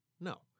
No